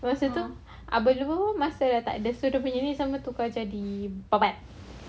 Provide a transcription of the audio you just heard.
masa tu habis masa dah tak ada so semua ni lepas tu tukar jadi babat